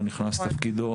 הוא נכנס לתפקידו